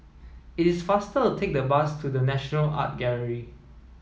it is faster to take the bus to The National Art Gallery